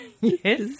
yes